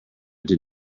were